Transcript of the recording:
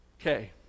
Okay